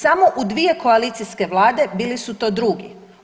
Samo u dvije koalicijske Vlade bili su to drugi.